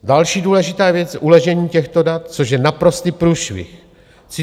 Další důležitá věc je uložení těchto dat, což je naprostý průšvih.